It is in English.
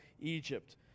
Egypt